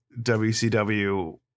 WCW